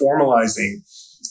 formalizing